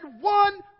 one